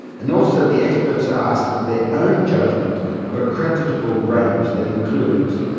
and also the experts are asked for their own judgement of a creditable range that includes,